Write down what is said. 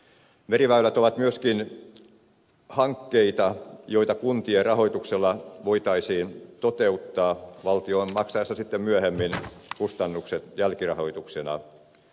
meriväylät ovat myöskin hankkeita joita kuntien rahoituksella voitaisiin toteuttaa valtion maksaessa sitten myöhemmin kustannukset jälkirahoituksena